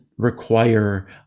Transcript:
require